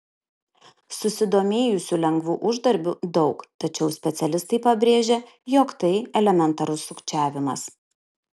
susidomėjusių lengvu uždarbiu daug tačiau specialistai pabrėžia jog tai elementarus sukčiavimas